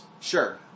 Sure